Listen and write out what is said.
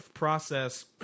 Process